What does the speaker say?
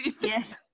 Yes